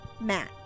Matt